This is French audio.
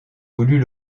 voulut